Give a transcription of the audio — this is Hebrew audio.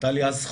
הייתה לי הזכות